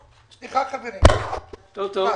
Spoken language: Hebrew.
רגע, רגע,